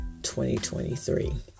2023